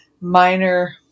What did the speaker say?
minor